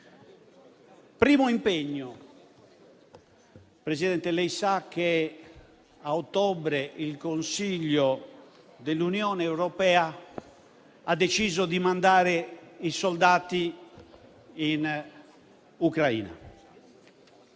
Primo impegno. Signor Presidente, lei sa che a ottobre il Consiglio dell'Unione europea ha deciso di inviare i soldati in Ucraina.